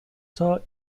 store